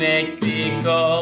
Mexico